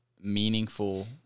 meaningful